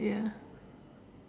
ya